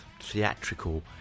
theatrical